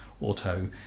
auto